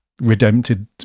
redempted